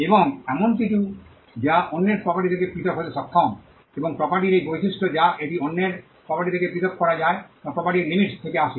এবং এমন কিছু যা অন্যের প্রপার্টি থেকে পৃথক হতে সক্ষম এবং প্রপার্টিটির এই বৈশিষ্ট্য যা এটি অন্যের প্রপার্টি থেকে পৃথক করা যায় যা প্রপার্টির লিমিটস থেকে আসে